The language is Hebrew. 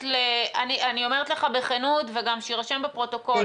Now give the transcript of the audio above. אני אומרת לך בכנות, וגם שירשם בפרוטוקול